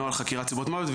נוהל חקירת סיבות מוות.